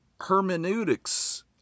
hermeneutics